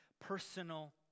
personal